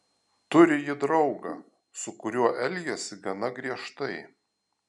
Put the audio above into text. turi ji draugą su kuriuo elgiasi gana griežtai